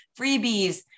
freebies